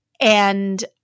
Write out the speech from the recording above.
and-